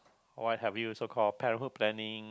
what have you so call parenthood planning